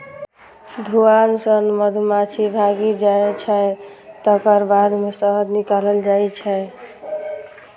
धुआं सं मधुमाछी भागि जाइ छै, तकर बाद शहद निकालल जाइ छै